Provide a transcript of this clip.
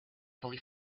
fully